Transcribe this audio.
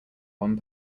one